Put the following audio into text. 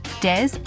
Des